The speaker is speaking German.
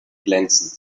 glänzend